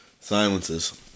silences